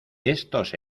estos